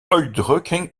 uitdrukking